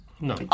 No